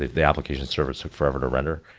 the application service took forever to render.